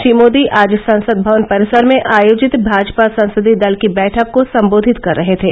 श्री मोदी आज संसद भवन परिसर में आयोजित भाजपा संसदीय दल की बैठक को संबोधित कर रहे थे